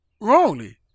wrongly